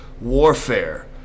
warfare